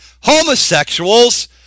homosexuals